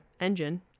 engine